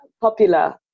popular